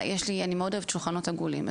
אני מאוד אוהבת שולחנות עגולים,